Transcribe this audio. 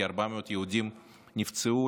כ-400 יהודים נפצעו.